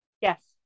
Yes